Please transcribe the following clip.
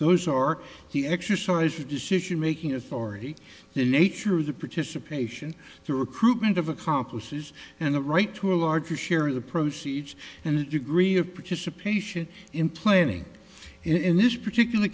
those or he exercises decision making authority the nature of the participation the recruitment of accomplices and the right to a larger share of the proceeds and the degree of participation in planning in this particular